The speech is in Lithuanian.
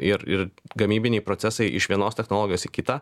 ir ir gamybiniai procesai iš vienos technologijos į kitą